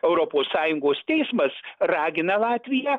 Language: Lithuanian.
europos sąjungos teismas ragina latviją